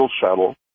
shuttle